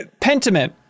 Pentiment